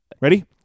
Ready